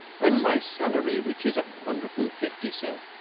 when my salary reaches a hundred and fifty, sir.